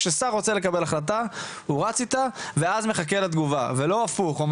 כששר רוצה לקבל החלטה הוא רץ איתה ואז מחכה לתגובה ולא הפוך.